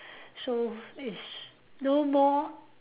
so it's no more